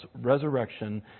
resurrection